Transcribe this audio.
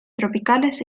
tropicales